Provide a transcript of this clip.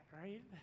right